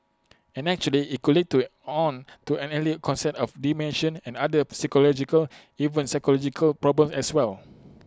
and actually IT could lead to on to early come set of dementia and other psychological even physiological problems as well